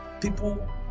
people